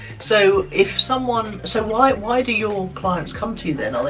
so, if someone, so why why do your clients come to you, then?